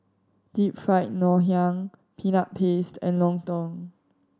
Deep Fried Ngoh Hiang Peanut Paste and lontong